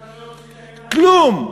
כלום.